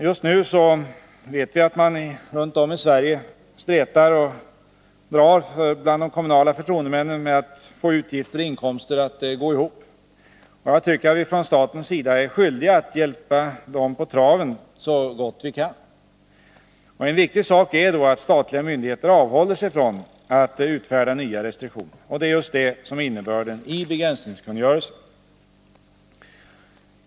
Just nu vet vi att de kommunala förtroendemännen runt om i Sverige stretar och drar för att få inkomster och utgifter att gå ihop. Jag tycker att staten är skyldig att hjälpa dem på traven så gott det går. En viktig sak är då att statliga myndigheter avhåller sig från att utfärda nya restriktioner. Det är detta som är innebörden i begränsningskungörelsen.